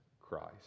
Christ